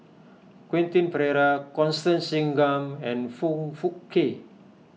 Quentin Pereira Constance Singam and Foong Fook Kay